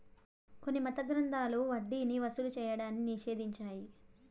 కొన్ని మత గ్రంథాలు వడ్డీని వసూలు చేయడాన్ని నిషేధించాయి